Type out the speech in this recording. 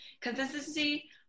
Consistency